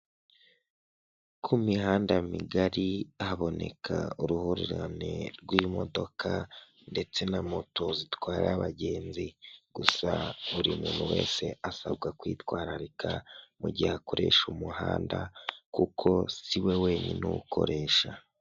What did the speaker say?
Ku mihanda migari haboneka uruhurirane rw'imodoka ndetse na moto zitwara abagenzi gusa buri muntu wese asabwa kwitwararika mu gihe akoresha umuhanda kuko si we wenyine uwukoresha.